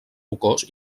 rocós